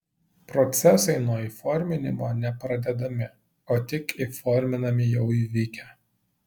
procesai nuo įforminimo ne pradedami o tik įforminami jau įvykę